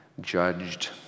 judged